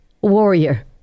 warrior